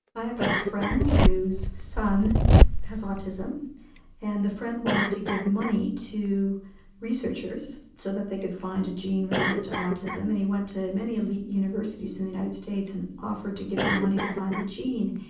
i have a friend whose son has autism and the friend wanted to give money to researchers so that they could find a gene related to autism, and he went to many elite universities in the united states and offered to give them money to find the gene.